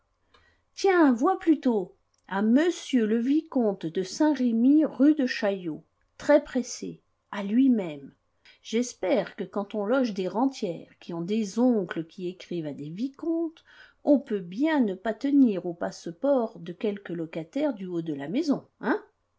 tiens vois plutôt à monsieur le vicomte de saint-remy rue de chaillot très pressée à lui-même j'espère que quand on loge des rentières qui ont des oncles qui écrivent à des vicomtes on peut bien ne pas tenir aux passe-ports de quelques locataires du haut de la maison hein